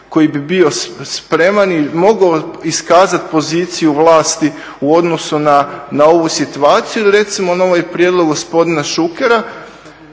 koji bi bio spreman i mogao iskazati poziciju vlasti u odnosu na ovu situaciju ili recimo na ovaj prijedlog gospodina Šukera